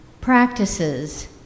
practices